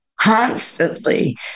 constantly